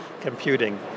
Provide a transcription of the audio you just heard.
computing